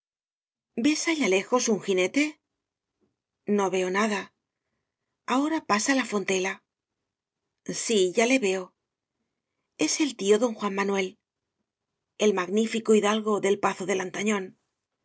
ves allá lejos un jinete no veo nada ahora pasa la fontela sí ya le veo es el tío don juan manuel el magnífico hidalgo del pazo de lantañón